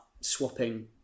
swapping